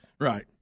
Right